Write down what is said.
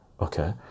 Okay